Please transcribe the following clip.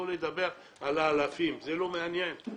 לא לדבר על האלפים, זה לא מעניין.